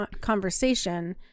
conversation